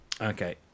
Okay